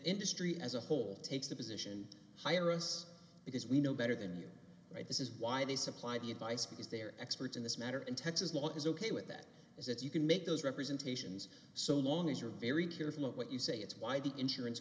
industry as a whole takes the position higher us because we know better than you right this is why they supply the advice because they are experts in this matter and texas law is ok with that is that you can make those representations so long as you're very careful of what you say it's why the insurance